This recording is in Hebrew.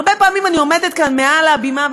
הרבה פעמים אני עומדת מעל הבימה,